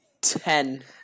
ten